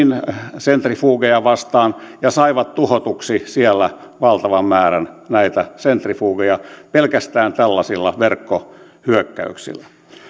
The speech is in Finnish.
ydinsentrifugeja vastaan ja saivat tuhotuksi siellä valtavan määrän näitä sentrifugeja pelkästään tällaisilla verkkohyökkäyksillä